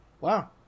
Wow